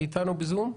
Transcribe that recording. את אתנו בזום?